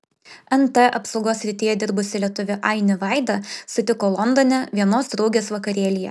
nt apsaugos srityje dirbusį lietuvį ainį vaida sutiko londone vienos draugės vakarėlyje